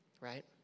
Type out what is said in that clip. right